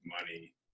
money